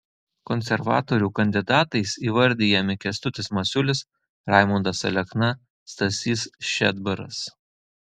konservatorių kandidatais įvardijami kęstutis masiulis raimundas alekna stasys šedbaras